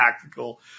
Tactical